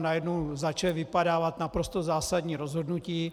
Najednou začala vypadávat naprosto zásadní rozhodnutí.